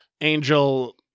angel